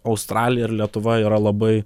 australija ir lietuva yra labai